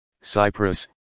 Cyprus